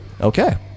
Okay